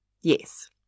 Yes